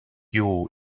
you